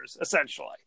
essentially